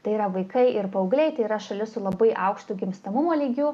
tai yra vaikai ir paaugliai tai yra šalis su labai aukštu gimstamumo lygiu